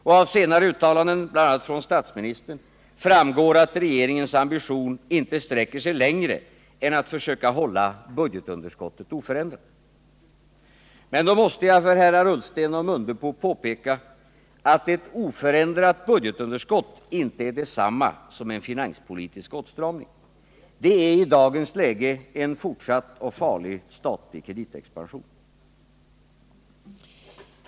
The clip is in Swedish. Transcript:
Och av senare uttalanden, bl.a. från statsministern, framgår att regeringens ambition inte sträcker sig längre än till att försöka hålla budgetunderskottet oförändrat. Men då måste jag för herrar Ullsten och Mundebo påpeka att ett oförändrat budgetunderskott inte är detsamma som en finanspolitisk åtstramning. Det är i dagens läge en fortsatt och farlig statlig kreditexpansion.